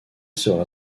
sera